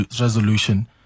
resolution